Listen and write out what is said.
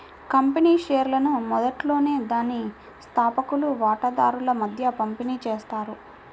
company షేర్లను మొదట్లోనే దాని స్థాపకులు వాటాదారుల మధ్య పంపిణీ చేస్తారు